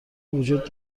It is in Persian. وجود